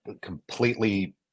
completely